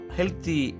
Healthy